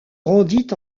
rendit